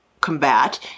combat